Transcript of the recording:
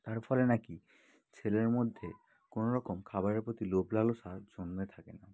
তার ফলে নাকি ছেলের মধ্যে কোনো রকম খাবারের প্রতি লোভ লালসা জন্মে থাকে না